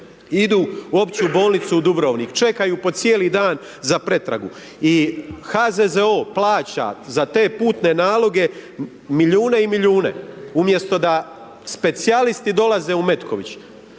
idu u Opću bolnicu Dubrovnik, čekaju po cijeli dan za pretragu i HZZO plaća za te putne naloge milijune i milijune, umjesto da specijalisti dolaze u Metković.